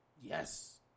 Yes